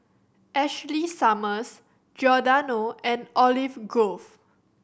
Ashley Summers Giordano and Olive Grove